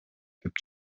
деп